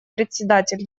председатель